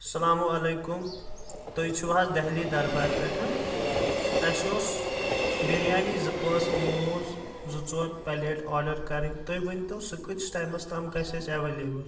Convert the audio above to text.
اسلامُ علیکُم تُہۍ چھُو حظ دہلی دربار پیٹھ اسہِ اوس بریانی زٕ پانژھ موموز زٕ ژور پلیٹ آڈر کرِن تُہۍ ونِتو سہُ کۭتس ٹایمس تام گژھہِ اسہِ اویلیبل